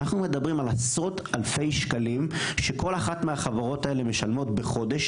אנחנו מדברים על עשרות אלפי שקלים שכל אחת מהחברות האלה משלמות בחודש,